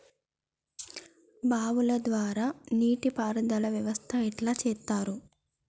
బావుల ద్వారా నీటి పారుదల వ్యవస్థ ఎట్లా చేత్తరు?